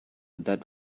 that